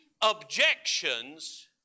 objections